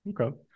Okay